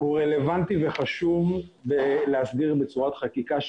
הוא רלוונטי וחשוב להסדיר בצורת חקיקה,